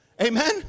amen